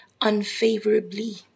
unfavorably